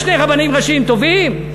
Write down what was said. יש שני רבנים ראשיים טובים?